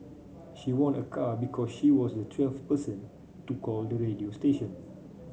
she won a car because she was the twelfth person to call the radio station